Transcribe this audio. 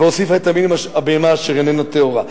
והוסיפה את המלים: הבהמה אשר איננה טהורה.